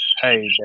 hey